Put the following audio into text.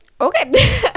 Okay